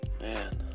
Man